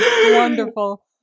Wonderful